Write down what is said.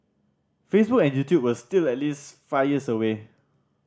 Facebook and YouTube were still at least five years away